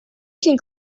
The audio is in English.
can